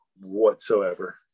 whatsoever